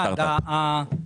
רולנד, רולנד,